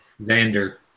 Xander